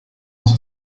ont